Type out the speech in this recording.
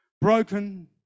Broken